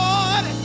Lord